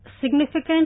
significant